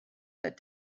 that